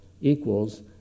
equals